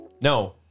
no